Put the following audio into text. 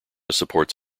supports